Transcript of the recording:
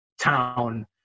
town